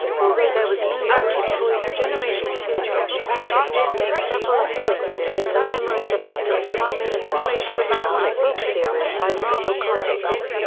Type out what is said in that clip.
although there was no ratchet toy for generation two, ratchet did make several appearances in the memories of optimus prime in the generation two comic book series by marvel comics.